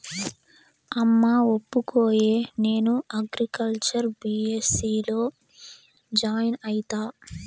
అమ్మా ఒప్పుకోయే, నేను అగ్రికల్చర్ బీ.ఎస్.సీ లో జాయిన్ అయితా